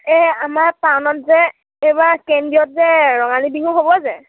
এই আমাৰ টাউনত যে এইবাৰ কেন্দ্ৰীয়ত যে ৰঙালী বিহু হ'ব যে